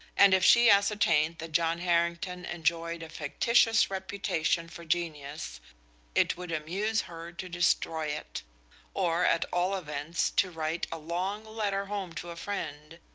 and if she ascertained that john harrington enjoyed a fictitious reputation for genius it would amuse her to destroy it or at all events to write a long letter home to a friend,